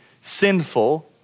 sinful